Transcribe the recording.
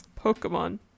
Pokemon